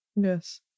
Yes